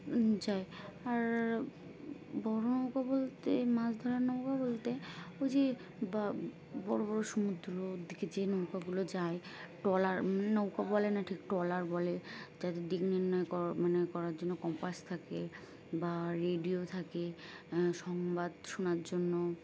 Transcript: যায় আর বড় নৌকা বলতে মাছ ধরার নৌকা বলতে ওই যে বা বড় বড় সমুদ্রর দিকে যে নৌকাগুলো যায় ট্রলার নৌকা বলে না ঠিক ট্রলার বলে যাদের দিক নির্ণয় মানে করার জন্য কম্পাস থাকে বা রেডিও থাকে সংবাদ শোনার জন্য